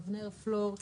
אבנר פלור,